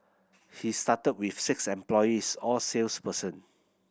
he started with six employees all sales person